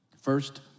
First